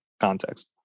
context